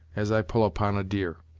as i pull upon a deer.